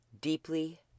deeply